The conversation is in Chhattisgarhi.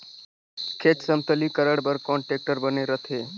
खेत समतलीकरण बर कौन टेक्टर बने रथे?